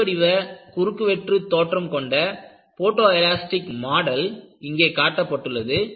"I" வடிவ குறுக்குவெட்டு தோற்றம் கொண்ட போட்டோ எலாஸ்டிக் மாடல் இங்கே காட்டப்பட்டுள்ளது